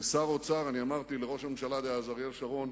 אל תיקח על זה קרדיט, חבר הכנסת יואל חסון,